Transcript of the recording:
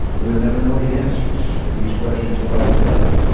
we'll never know the answers to these questions about his life